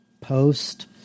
post